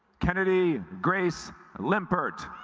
kennedy grace limpert